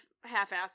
half-assed